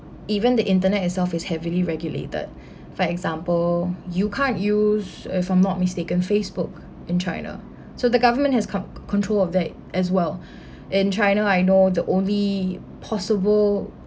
even the internet itself is heavily regulated for example you can't use uh if I'm not mistaken facebook in china so the government has cont~ control of that as well in china I know the only possible